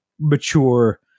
mature